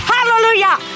Hallelujah